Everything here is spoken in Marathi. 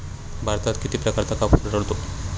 भारतात किती प्रकारचा कापूस आढळतो?